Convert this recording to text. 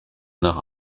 nach